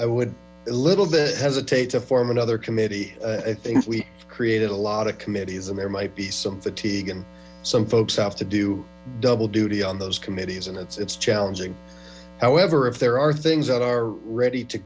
i would a little bit hesitate to form another committee i think we created a lot of committees and there might be some fatigue and some folks out to do double duty on those committees and that's it's challenging however if there are things that are ready to